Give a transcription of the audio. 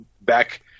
back